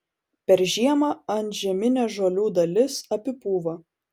per žiemą antžeminė žolių dalis apipūva